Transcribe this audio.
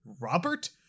Robert